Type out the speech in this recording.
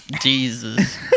Jesus